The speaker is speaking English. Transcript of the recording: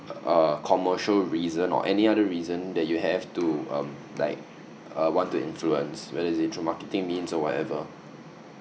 a commercial reason or any other reason that you have to like um want to influence whether is it through marketing means or whatever